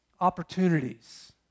opportunities